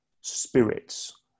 spirits